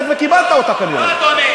הכנסת יונה.